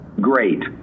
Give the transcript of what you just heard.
Great